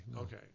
Okay